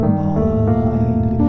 mind